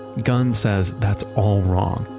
gunn says, that's all wrong.